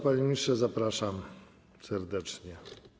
Panie ministrze, zapraszam serdecznie.